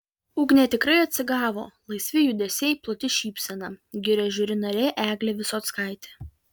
ugnė tikrai atsigavo laisvi judesiai plati šypsena giria žiuri narė eglė visockaitė